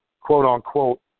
quote-unquote